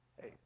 Hey